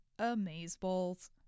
amazeballs